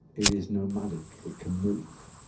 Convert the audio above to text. it is nomadic, it can move.